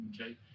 okay